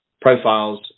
profiles